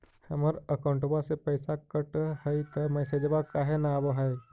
हमर अकौंटवा से पैसा कट हई त मैसेजवा काहे न आव है?